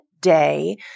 day